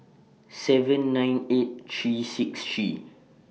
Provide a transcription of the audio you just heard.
seven nine eight three six three